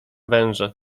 wężę